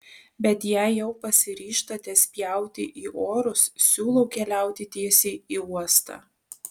bet jei jau pasiryžtate spjauti į orus siūlau keliauti tiesiai į uostą